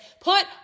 Put